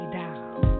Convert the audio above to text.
down